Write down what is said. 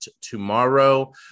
tomorrow